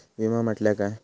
विमा म्हटल्या काय?